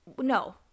No